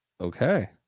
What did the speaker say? Okay